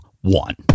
one